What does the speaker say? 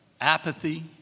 apathy